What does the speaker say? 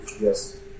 Yes